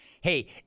Hey